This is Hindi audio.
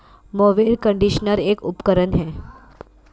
मोवेर कंडीशनर एक उपकरण है